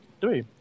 three